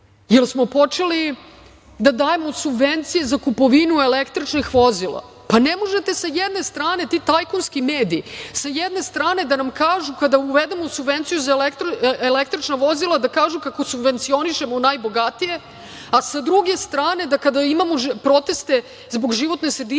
li smo počeli da dajemo subvencije za kupovinu električnih vozila? Pa, ne možete sa jedne strane, ti tajkunski mediji, da nam kažu, kada uvedemo subvenciju za električna vozila, kako subvencionišemo najbogatije, a sa druge strane, kada imamo proteste zbog životne sredine